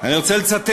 גם אז זה עבר בקומבינה.